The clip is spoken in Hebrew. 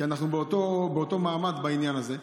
כי אנחנו באותו מעמד בעניין הזה.